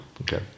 Okay